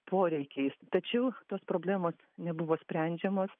poreikiais tačiau tos problemos nebuvo sprendžiamos